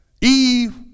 Eve